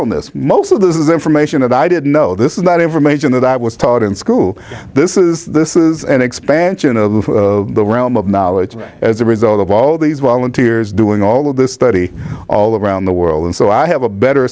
this most of this is information that i did know this is not information that i was taught in school this is this is an expansion of the realm of knowledge and as a result of all these volunteers doing all of this study all around the world and so i have a better